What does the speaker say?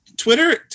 Twitter